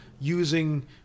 using